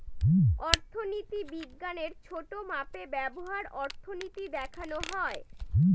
অর্থনীতি বিজ্ঞানের ছোটো মাপে ব্যবহার অর্থনীতি দেখানো হয়